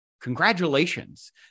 Congratulations